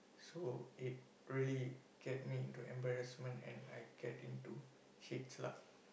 so it really get me into embarrassment and I get into heats lah